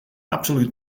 absolút